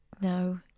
No